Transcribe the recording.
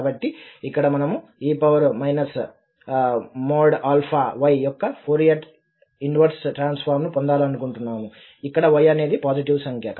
కాబట్టి ఇక్కడ మనము e ||y యొక్క ఫోరియర్ ఇన్వెర్స్ ట్రాన్సఫార్మ్ ను పొందాలనుకుంటున్నాము ఇక్కడ y అనేది పాజిటివ్ సంఖ్య